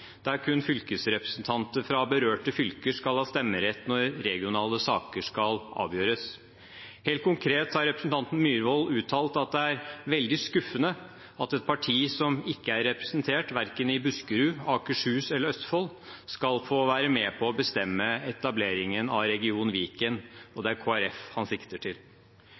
der kun fylkesrepresentanter fra berørte fylker skal ha stemmerett når regionale saker skal avgjøres. Helt konkret har representanten Myhrvold uttalt at det er veldig skuffende at et parti som ikke er representert, verken i Buskerud, Akershus eller Østfold, skal få være med på å bestemme etableringen av region Viken. Og det er Kristelig Folkeparti han sikter til.